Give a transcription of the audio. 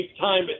time